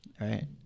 right